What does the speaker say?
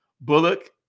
Bullock